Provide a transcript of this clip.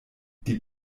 die